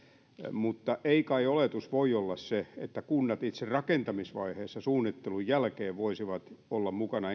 mutta ei kai oletus voi olla se että kunnat itse rakentamisvaiheessa suunnittelun jälkeen voisivat olla mukana